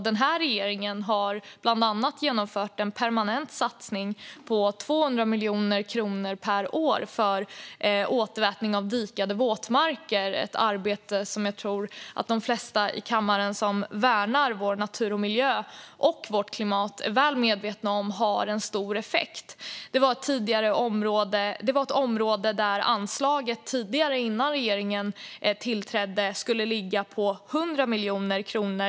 Den här regeringen har bland annat genomfört en permanent satsning på 200 miljoner kronor per år för återvattning av dikade våtmarker, ett arbete som jag tror att de flesta i kammaren som värnar vår natur, vår miljö och vårt klimat är väl medvetna om har stor effekt. Det är ett område där anslaget tidigare, innan regeringen tillträdde, skulle ligga på 100 miljoner kronor.